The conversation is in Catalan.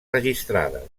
registrades